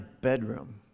bedroom